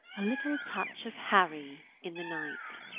a little touch of harry in the night,